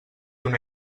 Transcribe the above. una